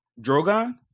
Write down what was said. Drogon